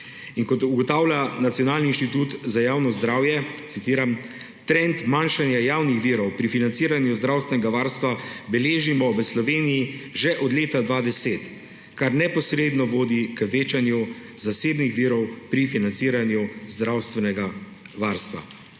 kot ugotavlja Nacionalni inštitut za javno zdravje, citiram: »Trend manjšanja javnih virov pri financiranju zdravstvenega varstva beležimo v Sloveniji že od leta 2010, kar neposredno vodi k večanju zasebnih virov pri financiranju zdravstvenega varstva.«